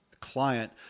client